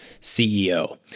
CEO